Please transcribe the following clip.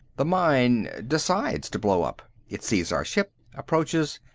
the mine decides to blow up. it sees our ship, approaches,